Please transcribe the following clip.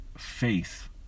Faith